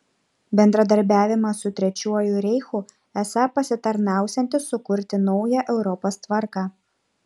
bendradarbiavimas su trečiuoju reichu esą pasitarnausiantis sukurti naują europos tvarką